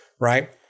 Right